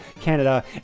Canada